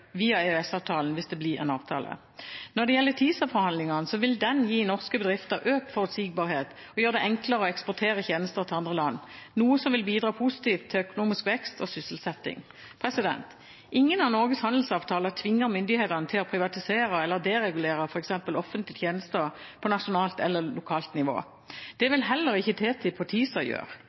blir en avtale. Når det gjelder TiSA-forhandlingene, vil avtalen gi norske bedrifter økt forutsigbarhet og gjøre det enklere å eksportere tjenester til andre land, noe som vil bidra positivt til økonomisk vekst og sysselsetting. Ingen av Norges handelsavtaler tvinger myndighetene til å privatisere eller deregulere f.eks. offentlige tjenester på nasjonalt eller lokalt nivå. Det vil heller ikke TTIP eller TiSA gjøre.